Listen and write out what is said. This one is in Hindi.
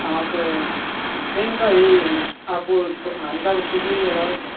हाँ तो पेन का भी आप थो हल्का भी छूट मिल जाएगा और क्या